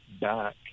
back